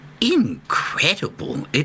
incredible